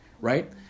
Right